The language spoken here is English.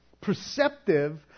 perceptive